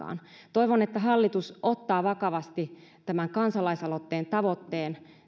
toivon että hallitus ottaa vakavasti tämän kansalaisaloitteen tavoitteen